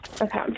Okay